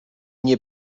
nie